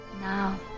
now